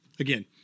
Again